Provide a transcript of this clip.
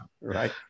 right